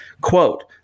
Quote